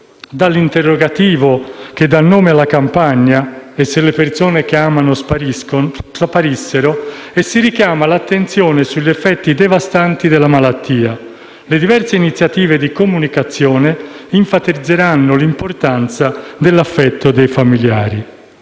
dall'interrogativo che dà nome alla campagna («E se le persone che ami sparissero?») e che richiama l'attenzione sugli effetti devastanti della malattia, le diverse iniziative di comunicazione enfatizzeranno l'importanza dell'affetto dei familiari.